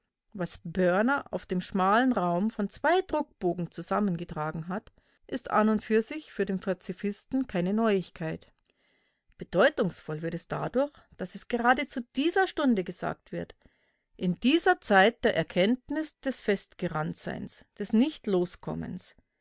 börner auf dem schmalen raum von zwei druckbogen zusammengetragen hat ist an und für sich für den pazifisten keine neuigkeit bedeutungsvoll wird es dadurch daß es gerade zu dieser stunde gesagt wird in dieser zeit der erkenntnis des festgeranntseins des nichtloskommens